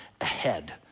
ahead